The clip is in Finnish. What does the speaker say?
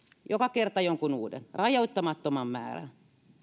joka kerta jonkun uuden rajoittamattoman määrän